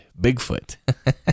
Bigfoot